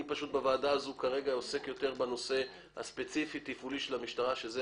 אני בוועדה הזאת כרגע עוסק יותר בנושא הספציפי תפעולי של המשטרה שזה